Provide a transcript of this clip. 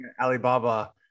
alibaba